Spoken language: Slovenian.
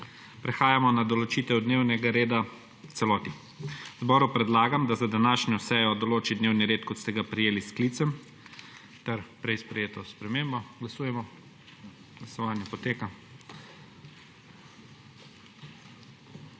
Prehajamo na določitev dnevnega reda v celoti. Zboru predlagam, da za današnjo sejo določi dnevni red, kot ste ga prejeli s sklicem in s prej sprejeto spremembo. Glasujemo. Navzočih